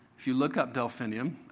if you look up delphinium,